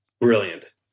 brilliant